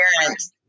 parents